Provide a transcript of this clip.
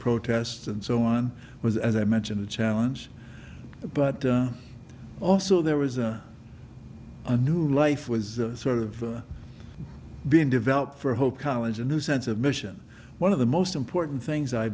protest and so on was as i mentioned a challenge but also there was a a new life was sort of being developed for hope college a new sense of mission one of the most important things i